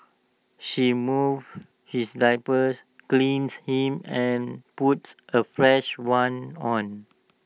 she moves his diapers cleans him and puts A fresh one on